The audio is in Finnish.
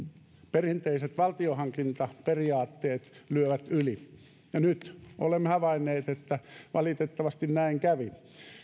perinteiset valtion hankintaperiaatteet lyövät yli ja nyt olemme havainneet että valitettavasti näin kävi